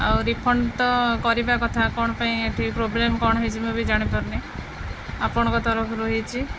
ଆଉ ରିଫଣ୍ଡ ତ କରିବା କଥା କ'ଣ ପାଇଁ ଏଠି ପ୍ରୋବ୍ଲେମ୍ କ'ଣ ହେଇଛି ମୁଁ ବି ଜାଣିପାରୁନି ଆପଣଙ୍କ ତରଫରୁ ହେଇଛି